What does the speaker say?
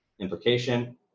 implication